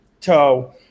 toe